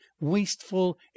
wasteful